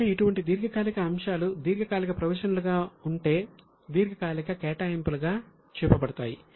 కాబట్టి ఇటువంటి దీర్ఘకాలిక అంశాలు దీర్ఘకాలిక ప్రొవిజన్లుగా అంటే దీర్ఘకాలిక కేటాయింపులుగా చూపబడతాయి